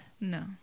No